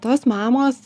tos mamos